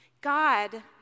God